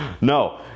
No